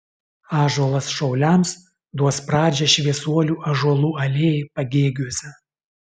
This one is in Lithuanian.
ąžuolas šauliams duos pradžią šviesuolių ąžuolų alėjai pagėgiuose